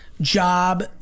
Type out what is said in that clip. job